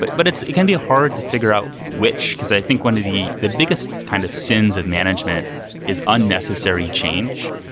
but but it can be hard to figure out which, because i think one of the the biggest kind of sins of management is unnecessary change.